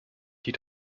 die